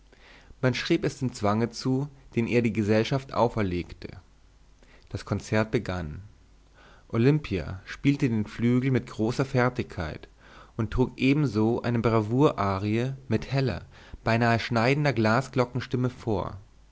man schrieb es dem zwange zu den ihr die gesellschaft auflegte das konzert begann olimpia spielte den flügel mit großer fertigkeit und trug ebenso eine bravour-arie mit heller beinahe schneidender glasglockenstimme vor